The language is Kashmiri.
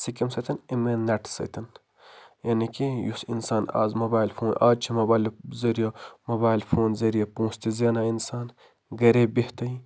سُہ کمہِ سۭتۍ اَمی نٮ۪ٹہٕ سۭتۍ یعنی کہ یُس اِنسان از موبایِل فون از چھِ موبایِلُک ذریعہٕ موبایِل فون ذریعہٕ پونٛسہٕ تہِ زٮ۪نان اِنسان گَرِے بِہتھے